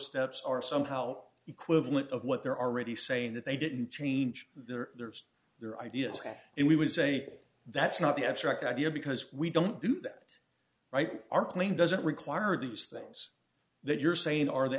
steps are somehow equivalent of what they're already saying that they didn't change their lives their ideas and we would say that's not the abstract idea because we don't do that right our claim doesn't require abuse things that you're saying are the